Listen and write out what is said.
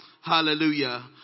Hallelujah